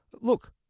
Look